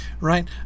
right